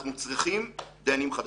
אנחנו צריכים דיינים חדשים.